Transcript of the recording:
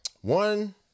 one